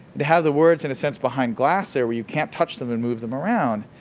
to have the words, in a sense, behind glass there where you can't touch them and move them around,